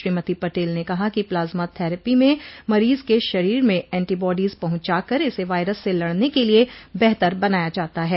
श्रीमती पटेल ने कहा कि प्लाज्मा थेरेपी में मरीज के शरीर में एन्टीबॉडीज पहुंचाकर इसे वायरस से लड़ने के लिए बेहतर बनाया जाता है